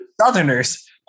Southerners